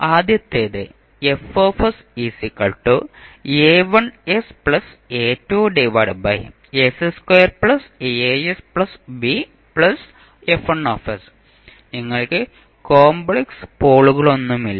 ആദ്യത്തേത് നിങ്ങൾക്ക് കോമ്പ്ലെക്സ് പോളുകളൊന്നുമില്ല